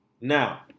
Now